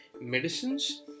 medicines